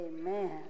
Amen